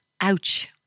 Ouch